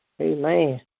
Amen